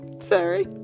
Sorry